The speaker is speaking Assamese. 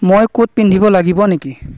মই কোট পিন্ধিব লাগিব নেকি